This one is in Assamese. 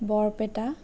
বৰপেটা